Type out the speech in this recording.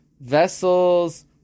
vessels